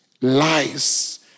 lies